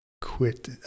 quit